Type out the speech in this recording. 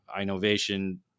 innovation